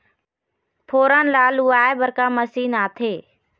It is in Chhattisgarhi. फोरन ला लुआय बर का मशीन आथे?